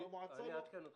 אעדכן אותך.